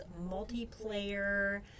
multiplayer